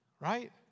Right